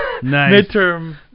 midterm